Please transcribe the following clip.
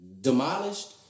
demolished